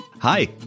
Hi